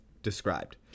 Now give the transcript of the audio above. Described